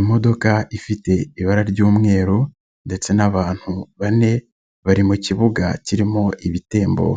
Imodoka ifite ibara ry'umweru ndetse n'abantu bane bari mu kibuga kirimo ibitembo